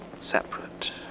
Separate